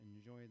enjoy